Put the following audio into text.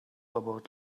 about